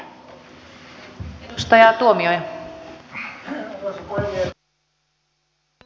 arvoisa puhemies